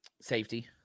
Safety